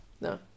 No